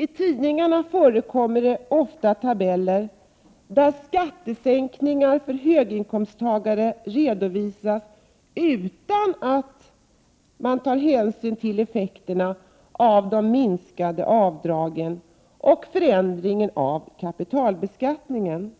I tidningarna förekommer ofta tabeller där skattesänkningar för höginkomsttagare redovisas utan att man tar hänsyn till effekterna av de minskade avdragen och förändringen av kapitalbeskattningen.